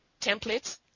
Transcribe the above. templates